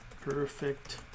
perfect